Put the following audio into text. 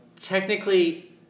Technically